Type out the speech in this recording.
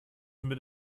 damit